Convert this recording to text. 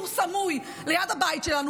שימו סמוי ליד הבית שלנו,